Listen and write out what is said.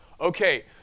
Okay